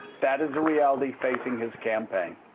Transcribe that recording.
that is a reality facing his campaign.